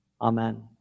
Amen